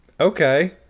Okay